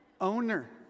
Owner